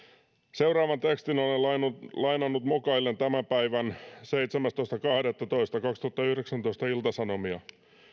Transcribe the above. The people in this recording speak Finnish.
seuraavan tekstin olen lainannut mukaillen tämän päivän seitsemästoista kahdettatoista kaksituhattayhdeksäntoista ilta sanomia